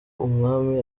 umwami